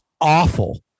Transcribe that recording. awful